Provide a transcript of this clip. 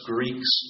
Greeks